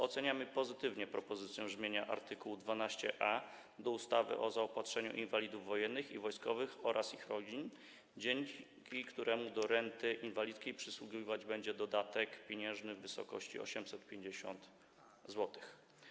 Oceniamy pozytywnie propozycję brzmienia art. 12a ustawy o zaopatrzeniu inwalidów wojennych i wojskowych oraz ich rodzin, dzięki któremu do renty inwalidzkiej przysługiwać będzie dodatek pieniężny w wysokości 850 zł.